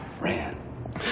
Ran